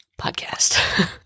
podcast